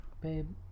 babe